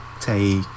take